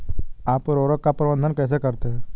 आप उर्वरक का प्रबंधन कैसे करते हैं?